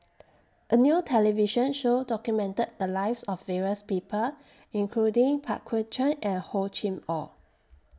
A New television Show documented The Lives of various People including Pang Guek Cheng and Hor Chim Or